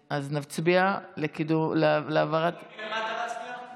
נצביע על העברת, אני יכול להצביע גם מלמטה?